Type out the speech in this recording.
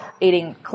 eating